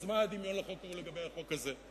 אז מה הדמיון בין החוק ההוא לחוק הזה?